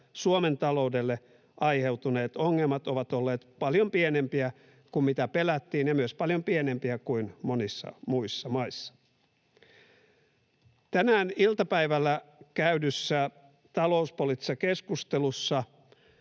Suomen taloudelle aiheutuneet ongelmat ovat olleet paljon pienempiä kuin mitä pelättiin ja myös paljon pienempiä kuin monissa muissa maissa. Tänään iltapäivällä käydyssä talouspoliittisessa keskustelussa